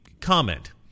comment